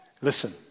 Listen